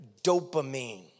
dopamine